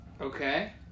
Okay